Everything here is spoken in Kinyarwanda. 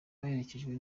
baherekejwe